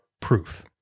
proof